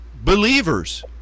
believers